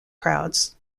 crowds